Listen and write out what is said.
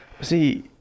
See